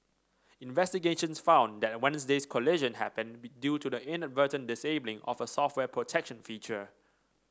investigations found that Wednesday's collision happened due to the inadvertent disabling of a software protection feature